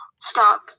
stop